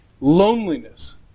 loneliness